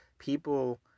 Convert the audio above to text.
People